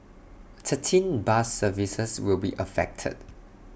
thirteen bus services will be affected